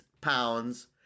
pounds